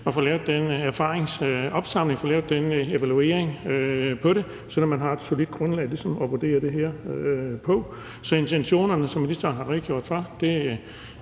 at få lavet den erfaringsopsamling og få lavet den evaluering af det, så man har et solidt grundlag ligesom at vurdere det her på. Så intentionerne, som ministeren har redegjort for,